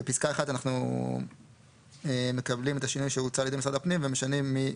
בפסקה (1) אנחנו מקבלים את השינוי שהוצע על-ידי משרד הפנים ומשנים מ-: